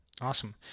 Awesome